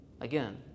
Again